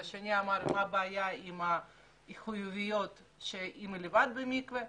והשני אמר: מה הבעיה אם החיוביות נמצאות לבד במקווה.